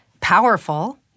powerful